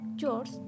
George